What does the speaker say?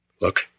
Look